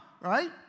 right